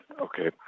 okay